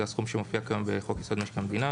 זה הסכום שמופיע כאן בחוק-יסוד משק המדינה.